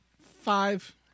Five